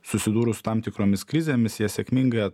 susidūrus su tam tikromis krizėmis jas sėkmingai